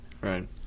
right